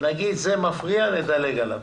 נגיד שזה מפריע ונדלג עליו,